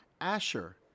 asher